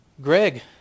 Greg